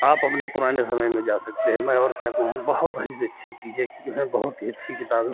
आप अपने पुराने समय में जा सकते हैं मैं और क्या कहूँ बहुत ही अच्छी चीज़ें जो हैं बहुत ही अच्छी किताबें